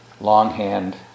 longhand